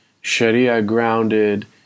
Sharia-grounded